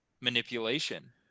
manipulation